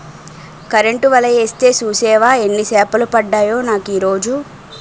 Current వల యేస్తే సూసేవా యెన్ని సేపలు పడ్డాయో నాకీరోజు?